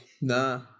nah